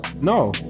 No